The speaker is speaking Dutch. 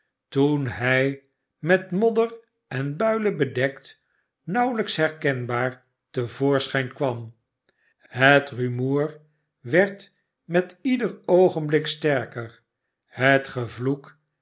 toen hij met modder en builen bedekt nauwelijks herkenbaar te voorschijn kwam het rumoer werd met ieder oogenblik sterker het gevloek